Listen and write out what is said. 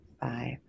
five